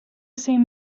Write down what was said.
same